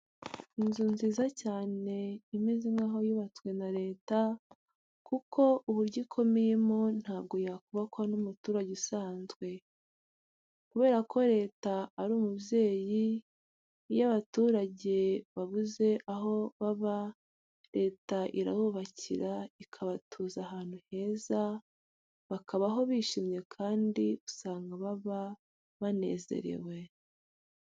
Inzu nziza cyane imeze nkaho yubatswe na Leta kuko uburyo ikomeyemo ntabwo yakubakwa n'umuturage usanzwe. Kubera ko Leta ari umubyeyi iyo abaturage babuze aho baba Leta irabubakira ikabatuza ahantu heza bakabaho bishimye kandi usanga baba banezerewe.